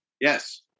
Yes